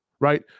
right